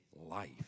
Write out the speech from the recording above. life